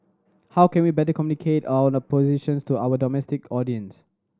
how can we better communicate our positions to our domestic audience